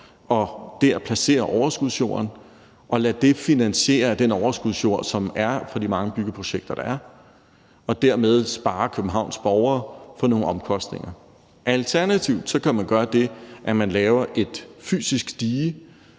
og der placere overskudsjorden og lade det finansiere af den overskudsjord, der er fra de mange projekter, der er, og dermed spare Københavns borgere for nogle omkostninger. Alternativt kan man gøre det, at man laver et fysisk dige